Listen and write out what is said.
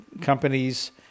companies